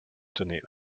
tenait